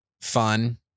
fun